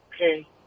Okay